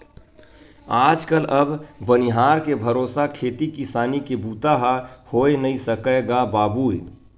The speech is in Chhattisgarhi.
आज कल अब बनिहार के भरोसा खेती किसानी के बूता ह होय नइ सकय गा बाबूय